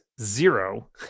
zero